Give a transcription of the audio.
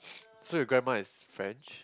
so your grandma is French